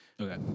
Okay